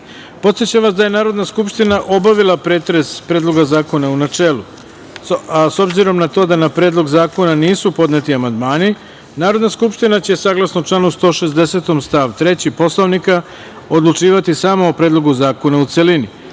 vas da je Narodna skupština obavila pretres Predloga zakona u načelu, a s obzirom na to da na Predlog zakona nisu podneti amandmani, Narodna skupština će, saglasno članu 160. stav 3. Poslovnika, odlučivati samo o Predlogu zakona u